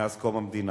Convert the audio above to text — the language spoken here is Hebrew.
מאז קום המדינה.